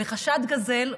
בחשד גזל,